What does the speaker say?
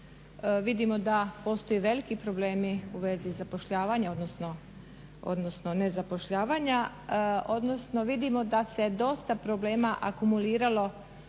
Vidimo da postoje veliki problemi u vezi zapošljavanja, odnosno nezapošljavanja, odnosno vidimo da se dosta problema akumuliralo